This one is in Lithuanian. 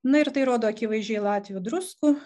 na ir tai rodo akivaizdžiai latvių drusku